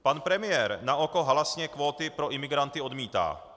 Pan premiér naoko halasně kvóty pro imigranty odmítá.